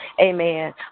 amen